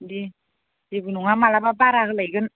दे जेबो नङा माब्लाबा बारा होलायगोन